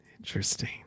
Interesting